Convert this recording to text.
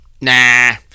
Nah